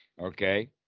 Okay